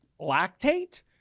lactate